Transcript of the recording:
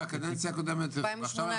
ב-2018.